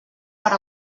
per